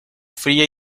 fría